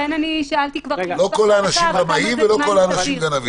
לא כל האנשים רמאים וגנבים.